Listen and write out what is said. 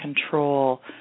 control